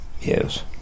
Yes